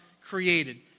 created